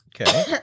Okay